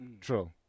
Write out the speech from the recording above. true